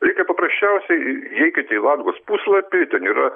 reikia paprasčiausiai įeikite į latgos puslapį ten yra